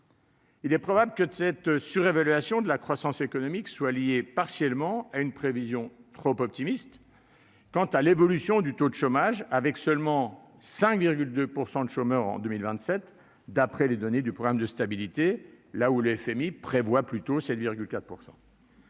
Il est probable que cette surévaluation de la croissance économique soit liée partiellement à une prévision trop optimiste quant à l'évolution du taux de chômage, avec seulement 5,2 % en 2027 d'après les données du programme de stabilité, contre 7,4 % selon le FMI.